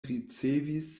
ricevis